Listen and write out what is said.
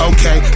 Okay